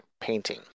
Painting